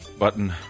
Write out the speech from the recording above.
Button